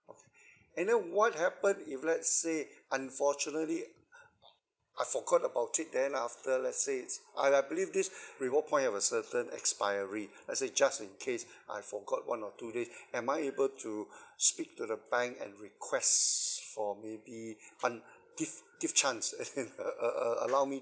and then what happen if let's say unfortunately I forgot about it then after let's say I believe this reward point have a certain expiry let's say just in case I forgot one or two day am I able to speak to the bank and request for maybe un~ give give chance uh uh allow me